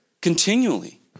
Continually